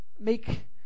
make